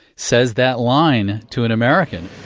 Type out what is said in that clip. says that line to an american,